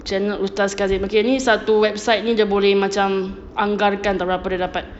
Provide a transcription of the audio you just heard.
channel ustaz kazim jadi satu website dia boleh macam anggarkan [tau] berapa dia dapat